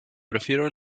prefiero